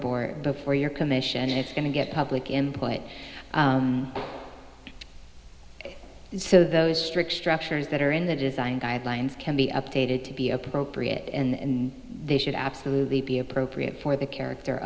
board before your commission and it's going to get public input so those strict structures that are in the design guidelines can be updated to be appropriate and they should absolutely be appropriate for the character